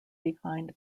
behind